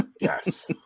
Yes